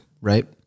Right